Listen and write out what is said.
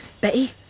Betty